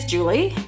Julie